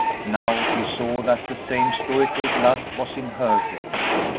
now he saw that the same stoical blood was in her veins.